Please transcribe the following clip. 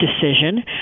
decision